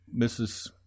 Mrs